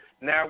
now